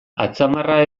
atzamarra